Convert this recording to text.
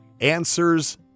Answers